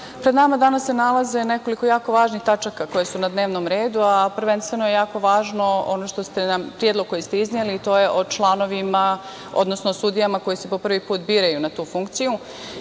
pred nama se danas nalaze nekoliko jako važnih tačaka koje su na dnevnom redu, a prvenstveno je jako važan predlog koji ste nam izneli, o članovima, odnosno o sudijama koji se po pravi put biraju na tu funkciju. Jako